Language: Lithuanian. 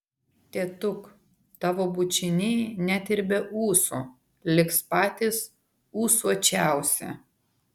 tėtuk tavo bučiniai net ir be ūsų liks patys ūsuočiausi